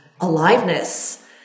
aliveness